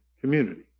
community